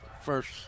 first